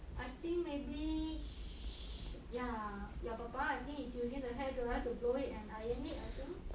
I think maybe ya your papa I think is using the hair dryer to blow it and iron it I think